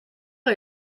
est